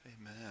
Amen